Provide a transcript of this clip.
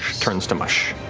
turns to mush.